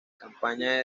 campaña